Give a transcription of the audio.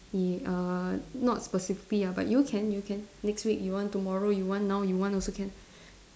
y~ uh not specifically ah but you can you can next week you want tomorrow you want now you want also can